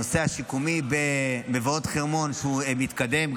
גם נושא השיקום במבואות החרמון מתקדם,